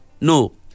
No